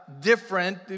different